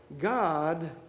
god